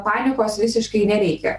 panikos visiškai nereikia